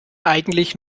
eigentlich